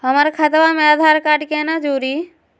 हमर खतवा मे आधार कार्ड केना जुड़ी?